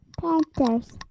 Panthers